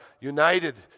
united